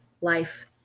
life